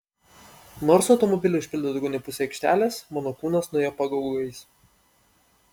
nors automobiliai užpildė daugiau nei pusę aikštelės mano kūnas nuėjo pagaugais